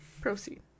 Proceed